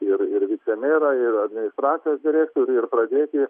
ir vicemerą ir administracijos direktorių ir pradėti